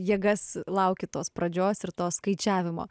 jėgas lauki tos pradžios ir to skaičiavimo